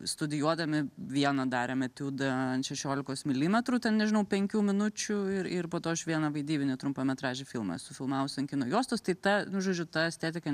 studijuodami vieną darėm etiudą ant šešiolikos milimetrų ten nežinau penkių minučių ir ir po to aš vieną vaidybinį trumpametražį filmą esu filmavus ant kino juostos tai ta nu žodžiu ta estetika